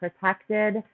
protected